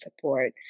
support